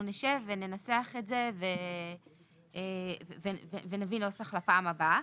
אנחנו נשב וננסח את זה ונביא נוסח לפעם הבאה.